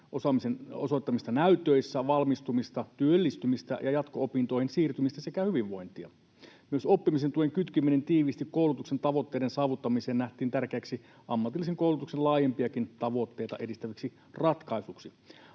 osoittamista näytöissä, valmistumista, työllistymistä ja jatko-opintoihin siirtymistä sekä hyvinvointia. Myös oppimisen tuen kytkeminen tiiviisti koulutuksen tavoitteiden saavuttamiseen nähtiin tärkeäksi ammatillisen koulutuksen laajempiakin tavoitteita edistäväksi ratkaisuksi.